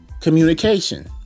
communication